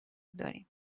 داریم